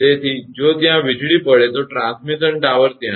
તેથી જો ત્યાં વીજળી પડે તો ટ્રાન્સમિશન ટાવર ત્યાં છે